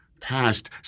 passed